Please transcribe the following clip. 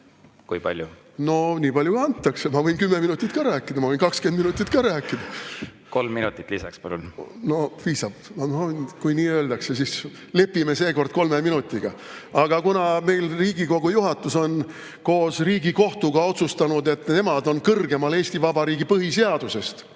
nii palju, kui antakse! Ma võin 10 minutit ka rääkida, ma võin 20 minutit ka rääkida. Kolm minutit lisaks, palun! Kolm minutit lisaks, palun! No piisab. Kui nii öeldakse, siis lepime seekord kolme minutiga. Aga kuna meil Riigikogu juhatus on koos Riigikohtuga otsustanud, et nemad on kõrgemal Eesti Vabariigi põhiseadusest,